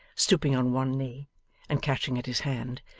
stooping on one knee and catching at his hand.